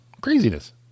Craziness